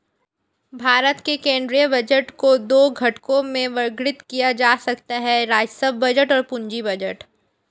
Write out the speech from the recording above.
भारत के केंद्रीय बजट को दो घटकों में वर्गीकृत किया जा सकता है राजस्व बजट और पूंजी बजट